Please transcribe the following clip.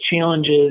challenges